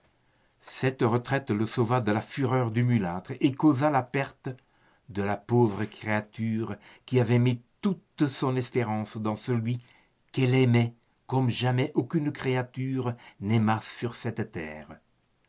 cette retraite le sauva de la fureur du mulâtre et causa la perte de la pauvre créature qui avait mis toute son espérance dans celui qu'elle aimait comme jamais aucune créature n'aima sur cette terre